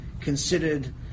considered